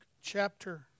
chapter